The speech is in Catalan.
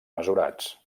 mesurats